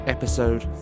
Episode